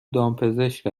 دامپزشک